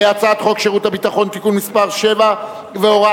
הצעת חוק שירות ביטחון (תיקון מס' 7 והוראת